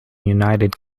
united